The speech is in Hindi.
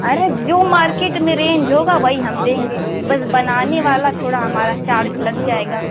अरे जो मार्केट में रेंज होगा वही हम देंगे बस बनाने वाला थोड़ा हमारा चार्ज लग जाएगा